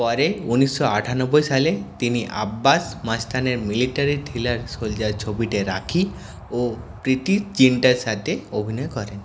পরে উনিশশো আটানব্বই সালে তিনি আব্বাস মাস্তানের মিলিটারি থ্রিলার সোলজার ছবিতে রাখি ও প্রীতি জিন্টার সাথে অভিনয় করেন